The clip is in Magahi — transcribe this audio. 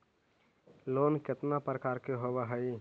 लोन केतना प्रकार के होव हइ?